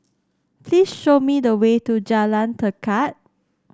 please show me the way to Jalan Tekad